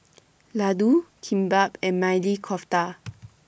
Ladoo Kimbap and Maili Kofta